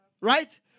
right